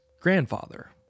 grandfather